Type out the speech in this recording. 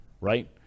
right